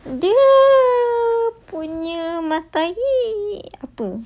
dia punya matair apa